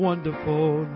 Wonderful